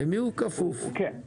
כן,